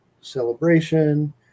celebration